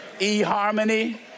eHarmony